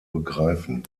begreifen